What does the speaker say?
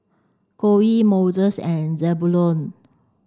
Coley Moises and Zebulon